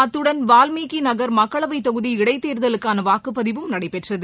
அத்துடன் வால்மீகிநகர் மக்களவைதொகுதி இடைத்தேர்தலுக்கானவாக்குப்பதிவும் நடைபெற்றது